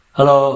Hello